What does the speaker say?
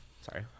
sorry